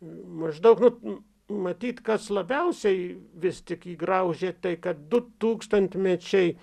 maždaug nu matyt kas labiausiai vis tik jį graužė tai kad du tūkstantmečiai